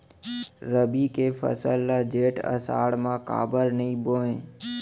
रबि के फसल ल जेठ आषाढ़ म काबर नही बोए?